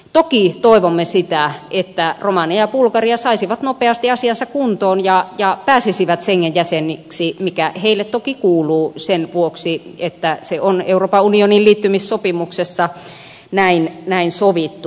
toki toivomme että romania ja bulgaria saisivat nopeasti asiansa kuntoon ja pääsisivät schengen jäseniksi mikä heille toki kuuluu sen vuoksi että se on euroopan unionin liittymissopimuksessa näin sovittu